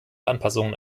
anpassungen